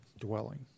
dwelling